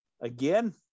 Again